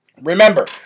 Remember